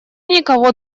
никого